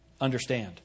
understand